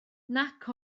nac